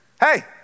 hey